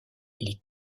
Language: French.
les